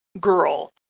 girl